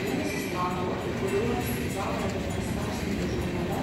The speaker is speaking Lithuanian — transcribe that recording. vienas islandų apie kuriuos zauerveinas perskaitė žurnale